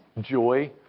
joy